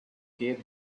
gave